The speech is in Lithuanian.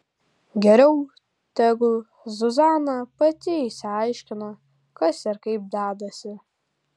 geriau tegul zuzana pati išsiaiškina kas ir kaip dedasi